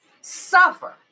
suffer